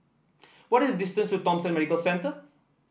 what is the distance to Thomson Medical Centre